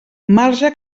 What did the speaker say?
marge